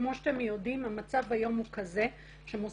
כמו שאתם יודעים המצב היום הוא כזה שמוסד